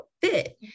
fit